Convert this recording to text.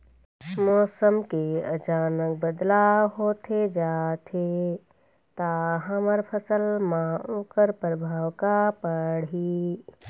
मौसम के अचानक बदलाव होथे जाथे ता हमर फसल मा ओकर परभाव का पढ़ी?